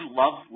love